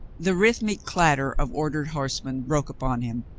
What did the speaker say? the rhythmic clatter of ordered horsemen broke upon him.